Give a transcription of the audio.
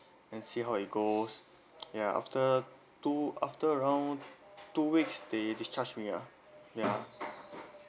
and see how it goes ya after two after around two weeks they discharge me ah ya